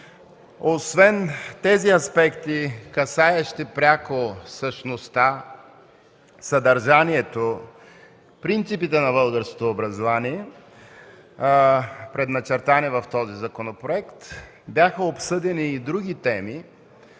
Освен тези аспекти, касаещи пряко същността, съдържанието, принципите на българското образование, предначертани в този законопроект, бяха обсъдени и други теми,